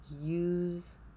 use